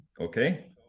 okay